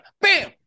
bam